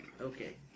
Okay